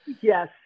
Yes